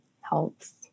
helps